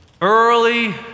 early